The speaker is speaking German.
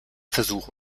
versuch